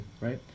right